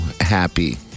happy